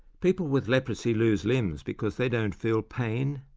people with leprosy lose limbs because they don't feel pain,